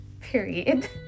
period